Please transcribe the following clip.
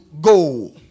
go